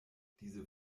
diese